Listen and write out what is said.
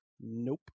nope